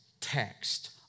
text